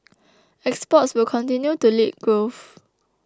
exports will continue to lead growth